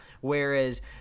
whereas